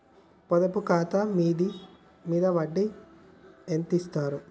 పొదుపు ఖాతా మీద వడ్డీ ఎంతిస్తరు?